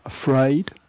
afraid